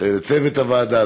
לצוות הוועדה,